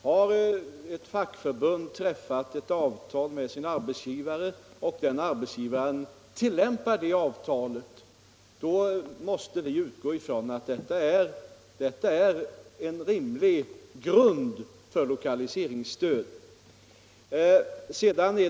Har ett fackförbund träffat ett avtal med sin arbetsgivare och arbetsgivaren tillämpar det avtalet, då måste vi utgå från att detta är en rimlig grund för lokaliseringsstöd.